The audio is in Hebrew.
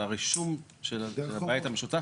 על הרישום של הבית המשותף,